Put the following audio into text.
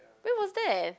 when was that